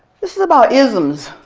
this is about isms.